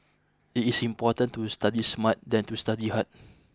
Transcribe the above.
it is important to study smart than to study hard